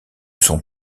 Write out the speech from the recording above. son